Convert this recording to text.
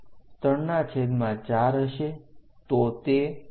જો e એ 34 હશે તો તે 0